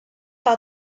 par